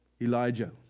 Elijah